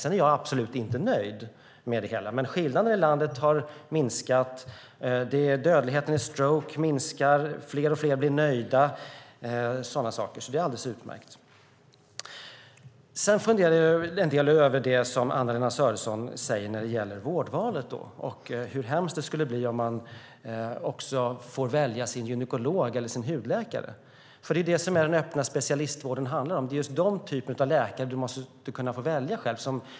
Sedan är jag absolut inte nöjd, men skillnaderna i landet har minskat. Dödligheten i stroke minskar, allt fler blir nöjda och sådana saker, så det är alldeles utmärkt. Sedan funderar jag en del över det som Anna-Lena Sörenson säger när det gäller vårdvalet och hur hemskt det skulle bli om man också får välja sin gynekolog eller sin hudläkare. Det är just det som den öppna specialistvården handlar om. Det är just den typen av läkare man måste kunna få välja själv.